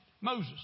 Moses